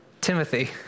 Timothy